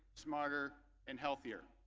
smarter, and healthier.